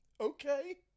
Okay